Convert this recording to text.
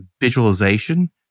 visualization